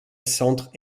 centre